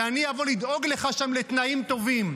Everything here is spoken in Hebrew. ואני אבוא לדאוג לך שם לתנאים טובים.